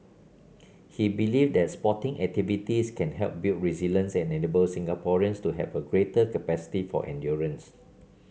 he believed that sporting activities can help build resilience and enable Singaporeans to have a greater capacity for endurance